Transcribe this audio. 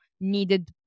needed